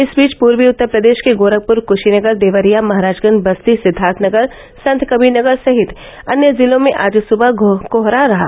इस बीच पूर्वी उत्तर प्रदेश के गोरखपुर क्शीनगर देवरिया महराजगंज बस्ती सिद्वार्थनगर संतकबीरनगर सहित अन्य जिलों में आज सुबह कोहरा रहा